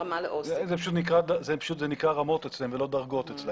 זה פשוט נקרא רמות אצלם ולא דרגות.